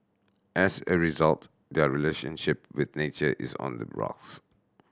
as a result their relationship with nature is on the rocks